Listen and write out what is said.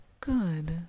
Good